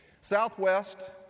Southwest